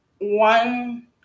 one